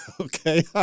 Okay